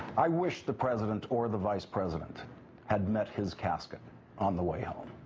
i wish the president or the vice president had met his casket on the way out